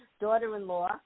daughter-in-law